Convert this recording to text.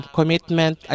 Commitment